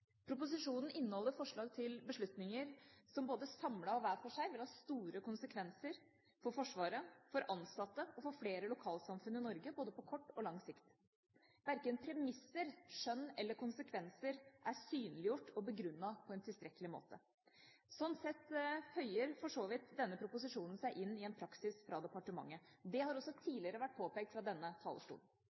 Proposisjonen inneholder forslag til beslutninger som både samlet og hver for seg vil ha store konsekvenser for Forsvaret, for ansatte og for flere lokalsamfunn i Norge, både på kort og lang sikt. Verken premisser, skjønn eller konsekvenser er synliggjort og begrunnet på en tilstrekkelig måte. Slik sett føyer for så vidt denne proposisjonen seg inn i en praksis fra departementet. Det har også tidligere vært påpekt fra denne talerstolen.